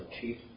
chief